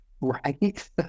Right